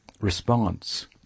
response